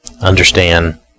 understand